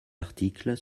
articles